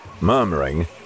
murmuring